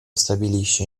stabilisce